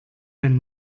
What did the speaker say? wenn